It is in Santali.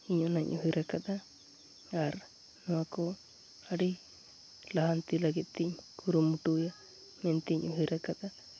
ᱤᱧ ᱚᱱᱟᱧ ᱩᱭᱦᱟᱹᱨ ᱟᱠᱟᱫᱟ ᱟᱨ ᱱᱚᱣᱟᱠᱚ ᱟᱹᱰᱤ ᱞᱟᱦᱟᱱᱛᱤ ᱞᱟᱹᱜᱤᱫᱛᱮᱧ ᱠᱩᱨᱩᱢᱩᱴᱩᱭᱟ ᱢᱮᱱᱛᱮᱧ ᱩᱭᱦᱟᱹᱨ ᱟᱠᱟᱫᱟ